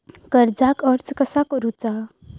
कर्जाक अर्ज कसा करुचा?